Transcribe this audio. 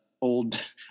old